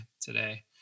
today